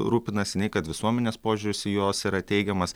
rūpinasi nei kad visuomenės požiūris į juos yra teigiamas